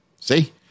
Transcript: See